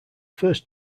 first